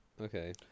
okay